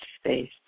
space